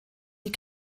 die